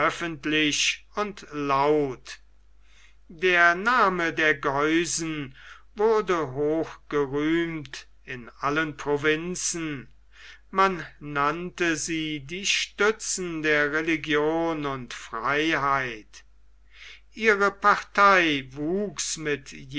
öffentlich und laut der name der geusen wurde hoch gerühmt in allen provinzen man nannte sie die stützen der religion und freiheit ihre partei wuchs mit